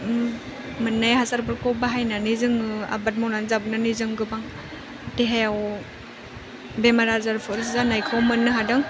मोननाय हासारफोरखौ बाहायनानै जोङो आबाद मावनानै जाबोनानै जों गोबां देहायाव बेमार आजारफोर जानायखौ मोननो हादों